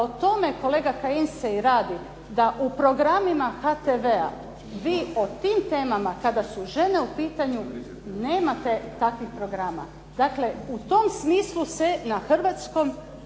o tome kolega Kajin se i radi, da u programu HRT-a vi o tim temama kada su žene u pitanju nemate takvih programa. Dakle, u tom smislu se na Hrvatskoj